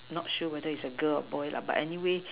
not sure whether is a girl or boy but anyway